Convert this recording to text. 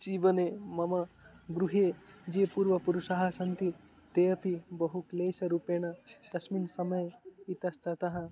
जीवने मम गृहे ये पूर्व पुरुषाः सन्ति ते अपि बहु क्लेशरूपेण तस्मिन् समये इतस्ततः